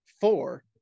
four